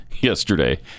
yesterday